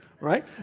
Right